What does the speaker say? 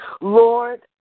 Lord